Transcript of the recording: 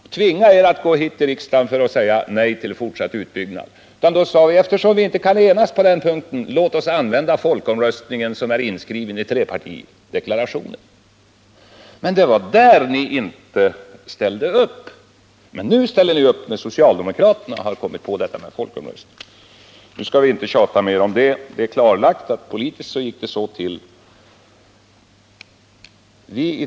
Vi tvingade inte er att gå till riksdagen och säga nej till fortsatt utbyggnad, utan vi sade att eftersom vi inte kan enas på den punkten, så låt oss använda folkomröstning såsom det står inskrivet i trepartiregeringens regeringsdeklaration. Det var då ni inte ställde upp. Men nu ställer ni upp, när socialdemokraterna kommit på detta med folkomröstning. Vi skall inte träta mer om detta. Det är klarlagt att politiskt gick det så till.